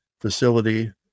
facility